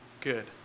good